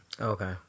Okay